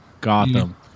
Gotham